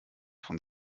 von